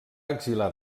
exiliar